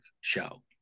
show